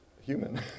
human